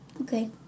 Okay